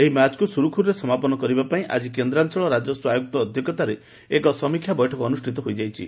ଏହି ମ୍ୟାଚକୁ ସୁରୁଖୁରୁରେ ସମାପନ କରିବା ପାଇଁ ଆଜି କେନ୍ଦାଞ୍ଚଳ ରାଜସ୍ୱ ଆୟୁକ୍ତଙ୍କ ଅଧ୍ଧକ୍ଷତାରେ ଏକ ସମୀକ୍ଷା ବୈଠକ ଅନୁଷ୍ପିତ ହୋଇଯାଇଛି